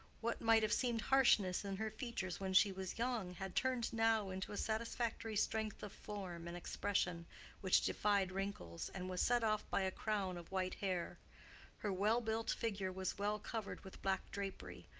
what might have seemed harshness in her features when she was young, had turned now into a satisfactory strength of form and expression which defied wrinkles, and was set off by a crown of white hair her well-built figure was well covered with black drapery,